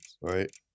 Right